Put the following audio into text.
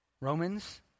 Romans